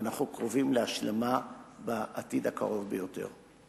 ואנחנו קרובים להשלמה בעתיד הקרוב ביותר.